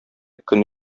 көн